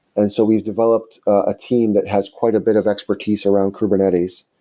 and so we've developed a team that has quite a bit of expertise around kubernetes.